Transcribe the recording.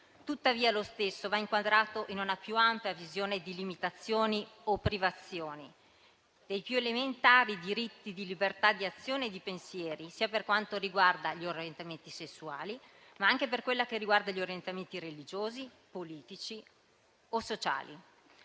Tuttavia, lo stesso va inquadrato in una più ampia visione di limitazioni o privazioni dei più elementari diritti di libertà, di azione e di pensiero, sia per quanto riguarda gli orientamenti sessuali sia per quello che concerne gli orientamenti religiosi, politici o sociali.